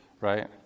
right